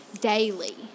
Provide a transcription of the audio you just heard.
daily